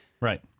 Right